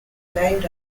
named